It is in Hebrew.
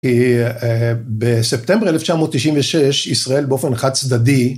אה אה בספטמבר 1996, ישראל באופן חד-צדדי